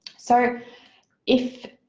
so if